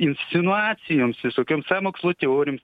inscinuacijoms visokioms sąmokslo teorijoms